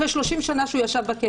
אחרי שהוא ישב בו שלושים שנים.